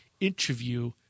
interview